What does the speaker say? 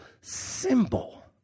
symbol